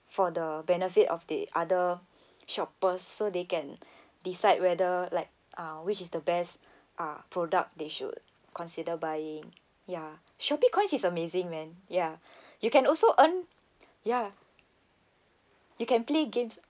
for the benefit of the other shoppers so they can decide whether like uh which is the best uh product they should consider buying ya shopee coins is amazing man ya you can also earn ya you can play games